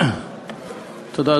תודה.